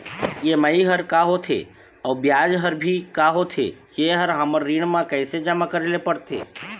EMI हर का होथे अऊ ब्याज हर भी का होथे ये हर हमर ऋण मा कैसे जमा करे ले पड़ते?